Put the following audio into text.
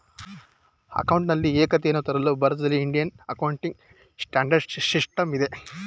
ಅಕೌಂಟಿನಲ್ಲಿ ಏಕತೆಯನ್ನು ತರಲು ಭಾರತದಲ್ಲಿ ಇಂಡಿಯನ್ ಅಕೌಂಟಿಂಗ್ ಸ್ಟ್ಯಾಂಡರ್ಡ್ ಸಿಸ್ಟಮ್ ಇದೆ